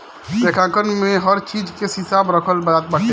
लेखांकन में हर चीज के हिसाब रखल जात बाटे